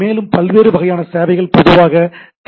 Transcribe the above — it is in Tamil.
மேலும் பல்வேறு வகையான சேவைகள் பொதுவாக டி